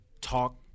talk